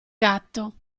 gatto